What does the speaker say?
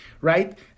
right